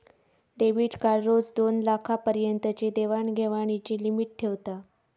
debit card रोज दोनलाखा पर्यंतची देवाण घेवाणीची लिमिट ठेवता